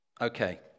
Okay